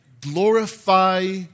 glorify